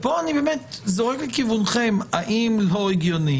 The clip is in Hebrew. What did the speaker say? אי זורק לכיוונכם - האם לא הגיוני